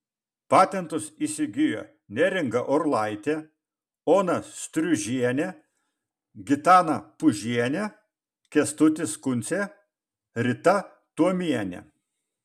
patentus įsigijo neringa orlaitė ona striužienė gitana pužienė kęstutis kuncė rita tuomienė